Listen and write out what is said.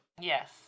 yes